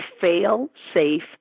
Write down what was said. fail-safe